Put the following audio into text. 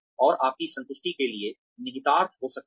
और आपकी संतुष्टि के लिए निहितार्थ हो सकते हैं